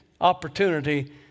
opportunity